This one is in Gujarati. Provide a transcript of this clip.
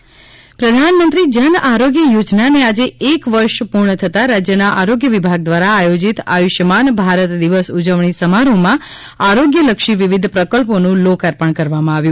આયુષ્યમાન ભારત ઉજવણી પ્રધાનમંત્રી જન આરોગ્ય યોજનાને આજે એક વર્ષ પૂર્ણ થતા રાજ્યના આરોગ્ય વિભાગ દ્વારા આયોજીત આયુષ્માન ભારત દિવસ ઉજવણી સમારોહમાં આરોગ્યલક્ષી વિવિધ પ્રકલ્પોનું લોકાર્પણ કરવામાં આવ્યું